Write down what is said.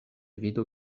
vido